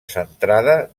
centrada